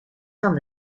van